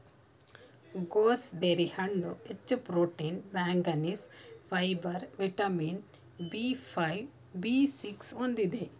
gooseberry ಹಣ್ಣು ಹೆಚ್ಚು protein manganese, fibre vitamin B five, B six ಹೊಂದಿದೆ